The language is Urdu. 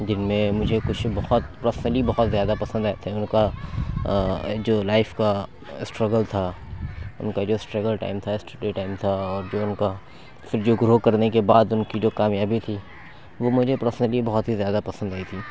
جن میں مجھے کچھ بہت پرسنلی بہت زیادہ پسند آئے تھے ان کا جو لائف کا اسٹرگل تھا ان کا جو اسٹرگل ٹائم تھا اسٹڈی ٹائم تھا اور جو ان کا پھر جو گرو کرنے کے بعد ان کی جو کامیابی تھی وہ مجھے پرسنلی بہت ہی زیادہ پسند آئی تھی